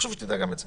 חשוב שתדע גם את זה.